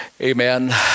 amen